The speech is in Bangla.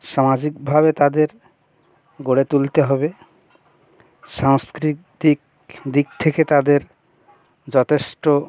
সামাজিকভাবে তাদের গড়ে তুলতে হবে সাংস্কৃতিক দিক থেকে তাদের যথেষ্ট